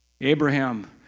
Abraham